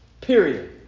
Period